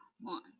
one